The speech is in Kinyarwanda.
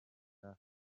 hari